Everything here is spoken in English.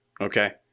okay